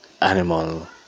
animal